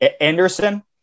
Anderson